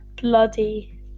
bloody